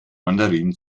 mandarin